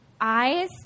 eyes